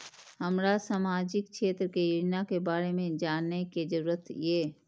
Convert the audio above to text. हमरा सामाजिक क्षेत्र के योजना के बारे में जानय के जरुरत ये?